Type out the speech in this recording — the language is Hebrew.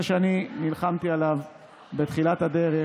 שאני נלחמתי עליו בתחילת הדרך